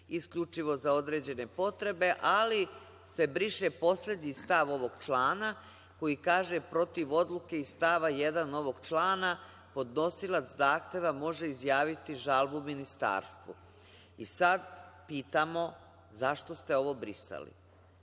isključivo za određene potrebe, ali se briše poslednji stav ovog člana koji kaže - protiv odluke iz stava 1. ovog člana, podnosilac zahteva može izjaviti žalbu ministarstvu.I sad, pitamo, zašto ste ovo brisali?